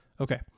Okay